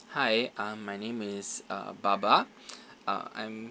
hi uh my name is uh baba uh I'm